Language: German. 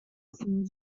wissen